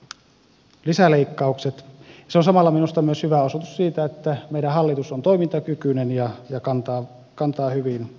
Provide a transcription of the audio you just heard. se on samalla minusta myös hyvä osoitus siitä että meidän hallitus on toimintakykyinen ja kantaa hyvin vastuuta